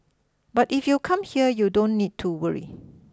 but if you come here you don't need to worry